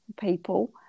people